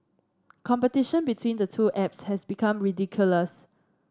competition between the two apps has become ridiculous